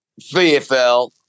VFL